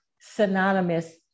synonymous